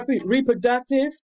Reproductive